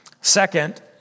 second